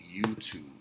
YouTube